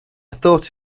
thought